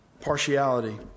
partiality